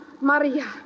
Maria